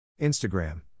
Instagram